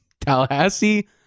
Tallahassee